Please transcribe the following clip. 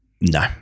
no